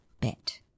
Bet